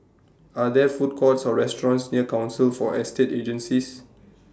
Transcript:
Are There Food Courts Or restaurants near Council For Estate Agencies